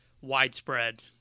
widespread